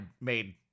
made